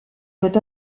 doit